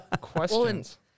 questions